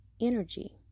energy